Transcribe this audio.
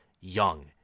young